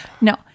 No